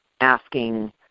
asking